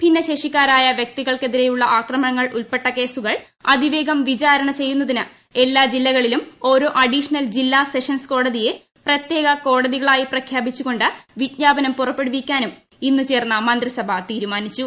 ഭിന്നശേഷിക്കാരായ വൃക്തികൾക്കെതിരെയുളള അക്രമങ്ങൾ ഉൾപ്പെട്ട കേസുകൾ അതിവേഗം വിചാരണ ചെയ്യുന്ന തിന് എല്ലാ ജില്ലയിലും ഓരോ അഡീഷണൽ ജില്ലാ സെഷൻസ് കോടതിയെ പ്രത്യേക കോടതികളായി പ്രഖ്യാപിച്ചുകൊണ്ട് വിജ്ഞാപനം പുറപ്പെടുവിക്കാനും ഇന്നു ചേർന്ന മന്ത്രിസഭാ തീരു മാനിച്ചു